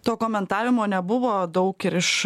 to komentavimo nebuvo daug ir iš